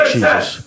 Jesus